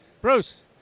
Bruce